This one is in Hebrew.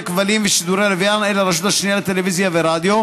כבלים ושידורי לוויין אל הרשות השנייה לטלוויזיה ורדיו,